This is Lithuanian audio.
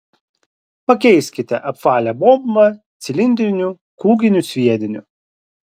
pakeiskite apvalią bombą cilindriniu kūginiu sviediniu